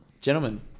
Gentlemen